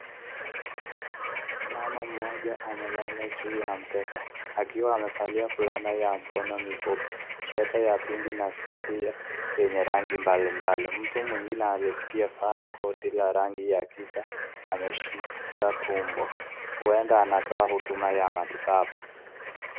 Mama mmoja amelala juu ya mkeka akiwa amevalia fulana ya mikono mifupi, sweta ya pinki na sketi yenye rangi mbalimbali. Mtu mwingine aliyevaa koti la rangi ya akisa ameshika tumbo. Hueda anatoa huduma ya matibabu.